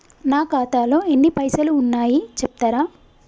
నా ఖాతాలో ఎన్ని పైసలు ఉన్నాయి చెప్తరా?